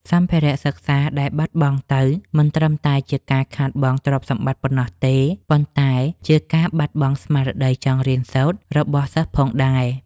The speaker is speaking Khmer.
សម្ភារៈសិក្សាដែលបាត់បង់ទៅ មិនត្រឹមតែជាការខាតបង់ទ្រព្យសម្បត្តិប៉ុណ្ណោះទេ ប៉ុន្តែជាការបាត់បង់ស្មារតីចង់រៀនសូត្ររបស់សិស្សផងដែរ។